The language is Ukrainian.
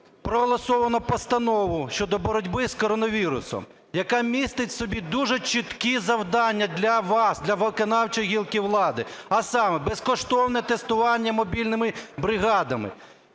проголосовано Постанову щодо боротьби з коронавірусом, яка містить в собі дуже чіткі завдання для вас, для виконавчої гілки влади, а саме: безкоштовне тестування мобільними бригадами,